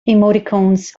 emoticons